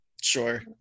Sure